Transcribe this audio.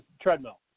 treadmill